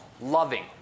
loving